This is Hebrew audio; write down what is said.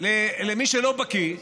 למי שלא בקי,